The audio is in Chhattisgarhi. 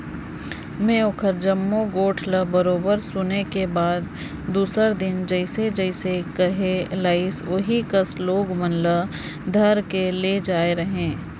में ओखर जम्मो गोयठ ल बरोबर सुने के बाद दूसर दिन जइसे जइसे कहे लाइस ओही कस लोग मन ल धइर के ले जायें रहें